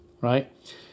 right